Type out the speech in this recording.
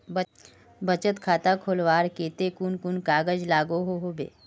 बचत खाता खोलवार केते कुन कुन कागज लागोहो होबे?